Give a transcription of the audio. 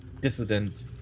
dissident